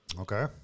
Okay